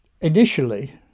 Initially